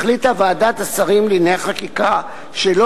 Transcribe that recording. החליטה ועדת השרים לענייני חקיקה שלא